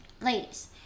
ladies